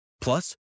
Plus